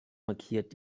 markiert